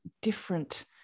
different